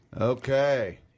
Okay